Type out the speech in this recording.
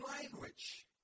language